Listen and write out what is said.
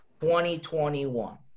2021